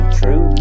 true